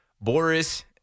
Boris